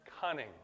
cunning